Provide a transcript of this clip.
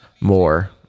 more